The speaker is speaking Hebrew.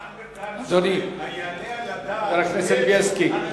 אדוני חבר הכנסת בילסקי,